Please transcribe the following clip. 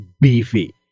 beefy